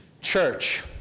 Church